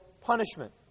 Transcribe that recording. punishment